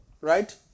right